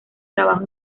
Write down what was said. trabajo